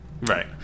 Right